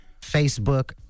Facebook